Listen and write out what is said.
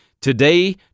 today